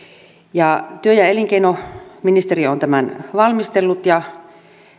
työ ja elinkeinoministeriö on tämän valmistellut ja